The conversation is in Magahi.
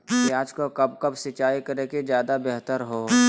प्याज को कब कब सिंचाई करे कि ज्यादा व्यहतर हहो?